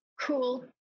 Cool